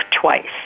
twice